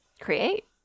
create